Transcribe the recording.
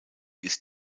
ist